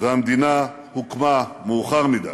והמדינה הוקמה מאוחר מדי.